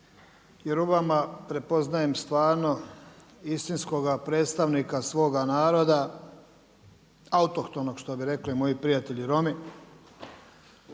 jer u vama prepoznajem stvarno istinskoga predstavnika svoga naroda, autohtonog što bi rekli moji prijatelji Romi.